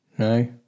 No